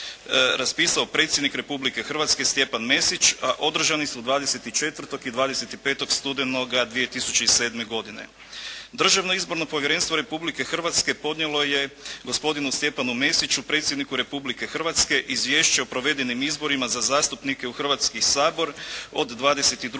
raspisao predsjednik Republike Hrvatske Stjepan Mesić, a održani su 24. i 25. studenoga 2007. godine. Državno izborno povjerenstvo Republike Hrvatske podnijelo je gospodinu Stjepanu Mesiću Predsjedniku Republike Hrvatske izvješće o provedenim izborima za zastupnike u Hrvatski sabor od 22.